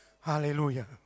Hallelujah